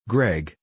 Greg